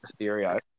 Mysterio